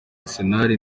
arsenal